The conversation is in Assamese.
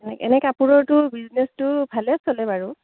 এনে কাপোৰৰতো বিজনেছটো ভালে চলে বাৰু